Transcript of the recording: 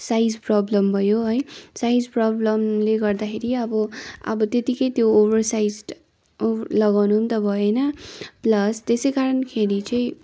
size problem भयो है size प्रबलमले गर्दाखेरि अब अब त्यतिकै त्यो ओभरसाइज्ड ओभ लगाउनु पनि त भएन प्लस त्यसै कारणखेरि चाहिँ